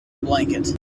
blanket